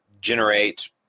generate